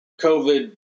COVID